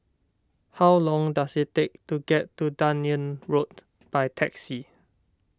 how long does it take to get to Dunearn Road by taxi